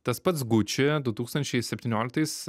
tas pats gucci du tūkstančiai septynioliktais